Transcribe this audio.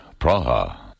Praha